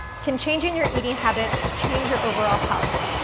can changing your eating habits change your overall health?